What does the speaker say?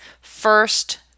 first